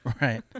Right